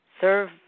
serve